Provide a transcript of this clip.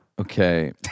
Okay